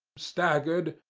staggered,